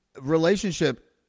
relationship